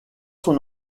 son